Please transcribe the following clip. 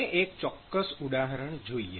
આપણે એક ચોક્કસ ઉદાહરણ જોઈએ